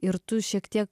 ir tu šiek tiek